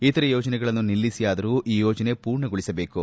ಇತರೆ ಯೋಜನೆಗಳನ್ನು ನಿಲ್ಲಿಸಿಯಾದರೂ ಈ ಯೋಜನೆ ಪೂರ್ಣಗೊಳಿಸಬೇಕು